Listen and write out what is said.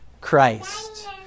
Christ